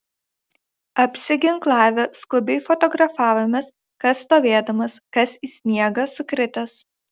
apsiginklavę skubiai fotografavomės kas stovėdamas kas į sniegą sukritęs